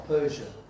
Persia